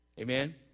Amen